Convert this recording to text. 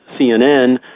CNN